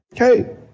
Okay